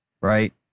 right